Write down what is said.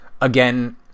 Again